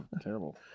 Terrible